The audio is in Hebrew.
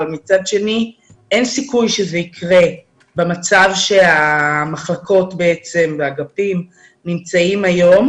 אבל מצד שני אין סיכוי שזה יקרה במצב שהמחלקות והאגפים נמצאים היום.